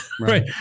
Right